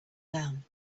down